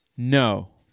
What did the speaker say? no